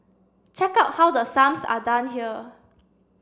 check out how the sums are done here